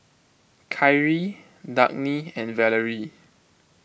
Kyree Dagny and Valery